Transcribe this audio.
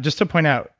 just to point out,